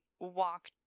walk